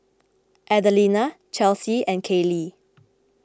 Adelina Chelsea and Kayli